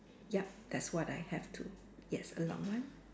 yup that's what I have to yes a long one